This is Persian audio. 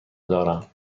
دارم